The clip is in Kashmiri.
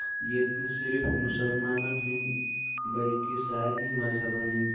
ییٚتہِ نہٕ صرف مُسلمانن ہٕنٛدۍ بٔلکہِ سارنی مَذہَبَن ہِندۍ